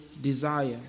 desire